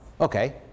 Okay